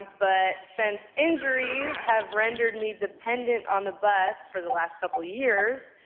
but since injuries have rendered me dependent on the bus for the last couple of years,